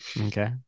Okay